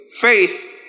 faith